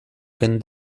can